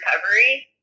recovery